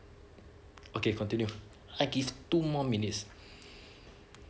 okay continue I give two more minutes